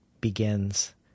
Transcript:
begins